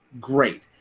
great